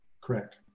Correct